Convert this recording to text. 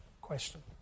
question